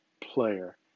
player